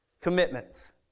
commitments